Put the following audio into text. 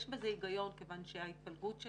יש בזה היגיון כיוון שההתפלגות של